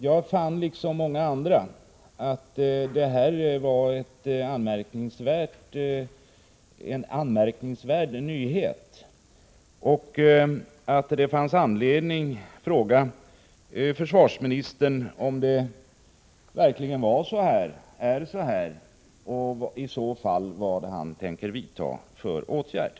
Jag fann liksom många andra att det här var en anmärkningsvärd nyhet och att det fanns anledning att fråga försvarsministern om det verkligen är på detta sätt och i så fall vad han tänker vidta för åtgärder.